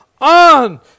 on